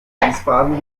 wiesbaden